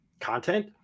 content